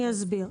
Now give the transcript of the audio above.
אני אסביר.